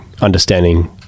understanding